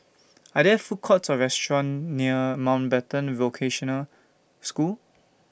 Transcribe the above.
Are There Food Courts Or restaurants near Mountbatten Vocational School